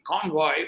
convoy